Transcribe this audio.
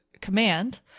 Command